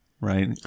right